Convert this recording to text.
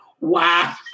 wow